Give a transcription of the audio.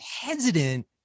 hesitant